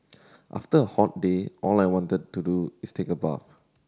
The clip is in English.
after a hot day all I want to do is take a bath